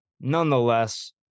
nonetheless